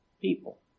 people